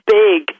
big